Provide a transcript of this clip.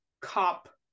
cop